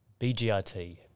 BGRT